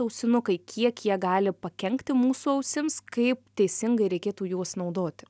ausinukai kiek jie gali pakenkti mūsų ausims kaip teisingai reikėtų juos naudoti